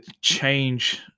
change